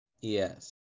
Yes